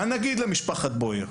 מה נגיד למשפחת בויאר?